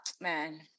man